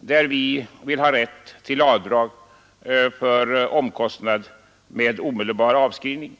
Vi yrkar där på rätt till avdrag härför som omkostnad med omedelbar avskrivning.